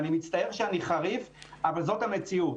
אני מצטער שאני חריף, אבל זאת המציאות.